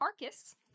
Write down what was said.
Arcus